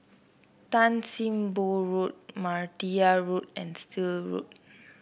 Tan Sim Boh Road Martia Road and Still Road